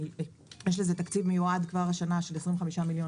יש לזה תקציב מיועד כבר השנה של 25 מיליון